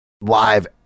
live